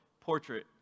portrait